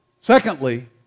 Secondly